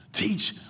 Teach